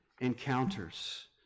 encounters